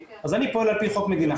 אז אני פועל על פי חוק מדינה.